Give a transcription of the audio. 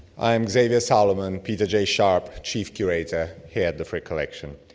i'm xavier salomon, peter jay sharp chief curator here at the frick collection.